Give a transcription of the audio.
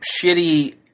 shitty